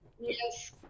yes